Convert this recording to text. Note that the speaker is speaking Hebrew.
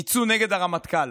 יצאו נגד הרמטכ"ל.